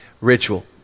ritual